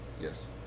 Yes